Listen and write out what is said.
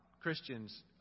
Christians